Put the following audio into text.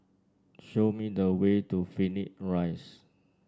show me the way to Phoenix Rise